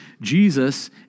Jesus